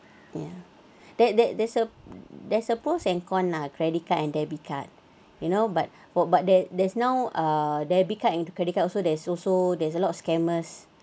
ya there there there's a there's a pros and con ah credit card and debit card you know but for but there there's now ah debit card and credit card also there's also there's a lot of scammers